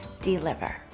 deliver